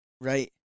right